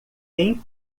quem